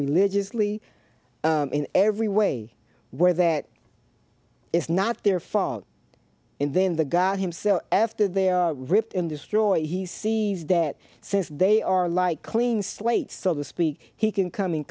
religiously in every way where that it's not their fault and then the god himself after their rift in destroy he sees that since they are like clean slate so to speak he can come